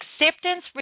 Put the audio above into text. acceptance